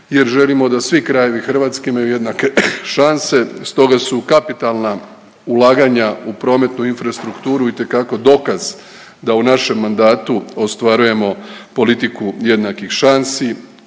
jer želimo da svi krajevi Hrvatske imaju jednake šanse stoga su kapitalna ulaganja u prometnu infrastrukturu itekako dokaz da u našem mandatu ostvarujemo politiku jednakih šansi,